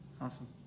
Awesome